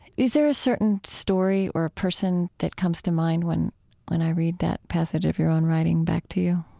is there a certain story or a person that comes to mind when when i read that passage of your own writing back to you?